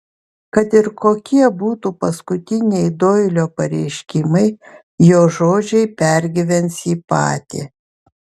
kad ir kokie būtų paskutiniai doilio pareiškimai jo žodžiai pergyvens jį patį